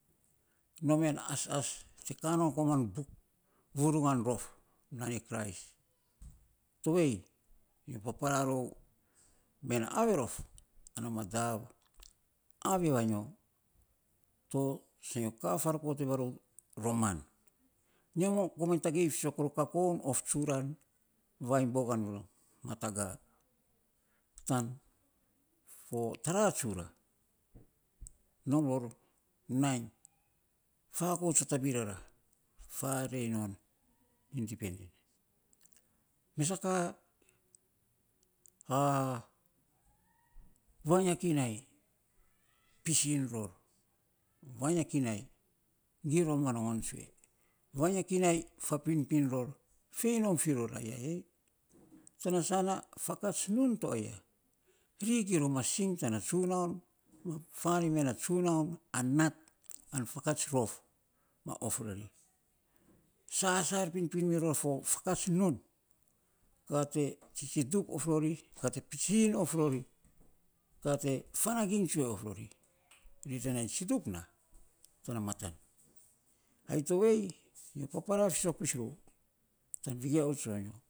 Nomer asas tekanon koman buk vurugan rof nan e kris to vei nyo papara rou men avefo ana madav ave vainyo tovei sanyo kafarokot varou roman, nyo komainy tagei fisok rou a kakoun tsura, vainy bogenvil ma taga tan fo tara tsura nom ror nainy fakots fatabin rara farei non indipendent mes sa ka vainy a kinai pisin ror vvainy gim ror ma nogon tsue vainy a kinai fapinpin ror fei nom firoya yei, tana sana fakats nun to ya, ri gin ror ma sing tana tsunaun ma foniny me na tsunaun anat an fakats rof ma of mi ri sasar pinpin miror afo fakats nun ka te tsitsidup of rori ka te pisin of rori ka te fanaginy tsue of rori ri te nai tsidup na tana matan ai tovei nyo papara fisok pis rou tan vegiau to.